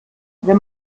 wenn